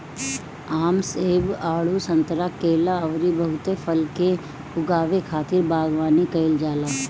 आम, सेब, आडू, संतरा, केला अउरी बहुते फल के उगावे खातिर बगवानी कईल जाला